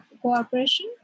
cooperation